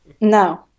no